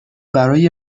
برای